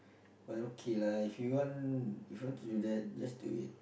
but okay lah if you want if you want to do that just do it